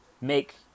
make